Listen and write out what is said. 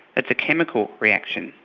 it's a chemical reaction,